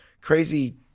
crazy